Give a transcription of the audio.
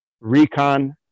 Recon